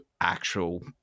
actual